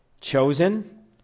chosen